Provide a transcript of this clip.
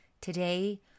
Today